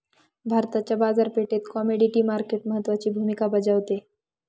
भारताच्या बाजारपेठेत commodity market महत्त्वाची भूमिका बजावते